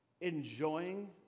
enjoying